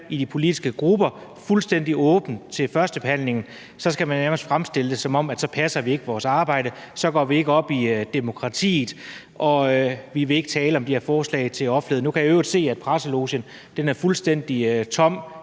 i de politiske grupper, men har været fuldstændig åben til førstebehandlingen, skal det nærmest fremstilles, som om vi ikke passer vores arbejde og ikke går op i demokratiet og ikke vil tale om de her forslag. Nu kan jeg i øvrigt se, at presselogen er fuldstændig tom